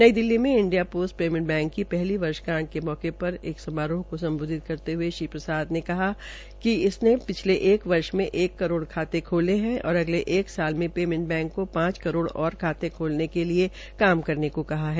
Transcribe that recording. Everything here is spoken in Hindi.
नई दिल्ली में इंडिया पोस्ट पेमेंट बैंक की पहली वर्षगांठ के उपलक्ष्य में एक समारोह को सम्बोधित करते हये श्री प्रसाद ने कहा कि इसने पिछले वर्ष में एक करोड़ खाते खोले है और अगले एक साल मे पेमेंट बैंक को पांच करोड़ और खाते खोलने के लिए कार्य करने के निर्देश दिये है